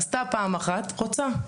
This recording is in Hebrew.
עשתה פעם אחת, רוצה.